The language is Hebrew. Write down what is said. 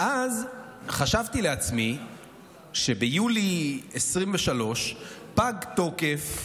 ואז חשבתי לעצמי שביולי 2023 פג התוקף,